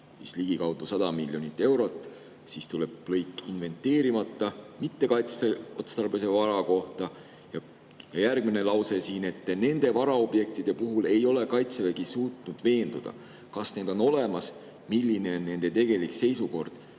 (ligikaudu 100 miljonit eurot)." Siis tuleb lõik inventeerimata mittekaitseotstarbelise vara kohta ja järgmine lause on: "Nende varaobjektide puhul ei ole Kaitsevägi suutnud veenduda, kas need on olemas, milline on nende tegelik seisukord